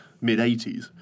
mid-80s